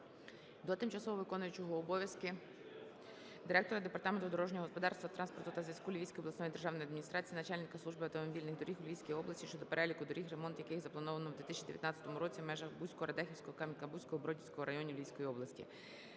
до тимчасово виконуючого обов'язки директора Департаменту дорожнього господарства, транспорту та зв'язку Львівської обласної державної адміністрації, начальника Служби автомобільних доріг у Львівській області щодо переліку доріг, ремонт яких заплановано в 2019 році, в межах Буського, Радехівського Кам'янка-Бузького, Бродівського районів Львівської області.